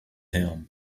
him